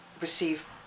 receive